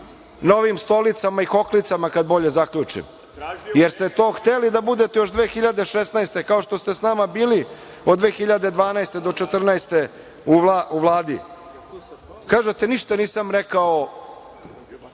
ovim stolicama i hoklicama kad bolje zaključim, jer ste to hteli da budete još 2016. godine, kao što ste sa nama bili od 2012. do 2014. godine u Vladi. Kažete - ništa nisam rekao